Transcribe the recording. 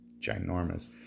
ginormous